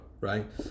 right